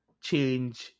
change